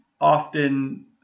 often